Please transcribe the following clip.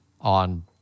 on